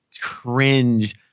cringe